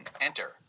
enter